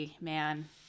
man